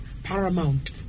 Paramount